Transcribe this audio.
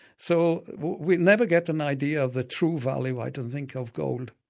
so we never get an idea of the true value i don't think of gold.